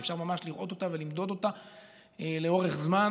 שאפשר ממש לראות אותה ולמדוד אותה לאורך זמן,